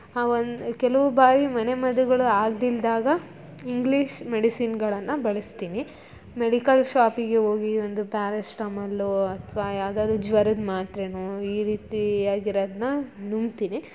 ಒಂದು ಕೆಲವು ಬಾರಿ ಮನೆ ಮದ್ದುಗಳು ಆಗದಿಲ್ದಾಗ ಇಂಗ್ಲೀಷ್ ಮೆಡಿಸಿನ್ಗಳನ್ನು ಬಳಸ್ತೀನಿ ಮೆಡಿಕಲ್ ಶಾಪಿಗೆ ಹೋಗಿ ಒಂದು ಪ್ಯಾರಾಸಿಟಮಲ್ಲು ಅಥವಾ ಯಾವುದಾದ್ರು ಜ್ವರದ ಮಾತ್ರೆಯೂ ಈ ರೀತಿಯಾಗಿರೋದನ್ನ ನುಂಗ್ತೀನಿ